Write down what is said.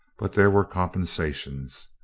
but there were compensations.